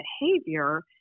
behavior